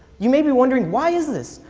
you may be wondering, why is this?